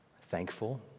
thankful